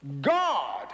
God